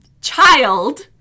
child